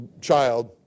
child